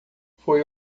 foi